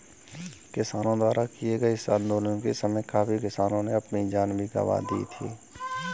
किसानों द्वारा किए गए इस आंदोलन के समय काफी किसानों ने अपनी जान भी गंवा दी थी